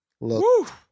look